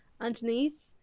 underneath